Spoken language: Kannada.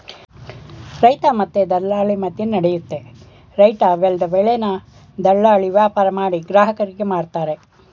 ರೈತ ಮತ್ತೆ ದಲ್ಲಾಳಿ ಮದ್ಯನಡಿಯುತ್ತೆ ರೈತ ಬೆಲ್ದ್ ಬೆಳೆನ ದಲ್ಲಾಳಿ ವ್ಯಾಪಾರಮಾಡಿ ಗ್ರಾಹಕರಿಗೆ ಮಾರ್ತರೆ